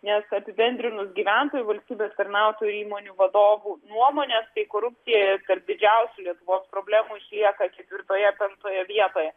nes apibendrinus gyventojų valstybės tarnautojų ir įmonių vadovų nuomonės tai korupcija tarp didžiausių lietuvos problemų išlieka ketvirtoje penktoje vietoje